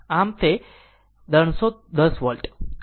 આમ તે 310 વોલ્ટ કહેવામાં આવે છે